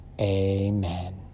amen